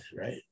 right